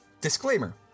Disclaimer